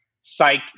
psych